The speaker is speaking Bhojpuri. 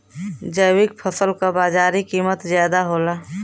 जैविक फसल क बाजारी कीमत ज्यादा होला